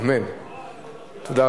שלי,